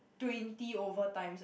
twenty over times eh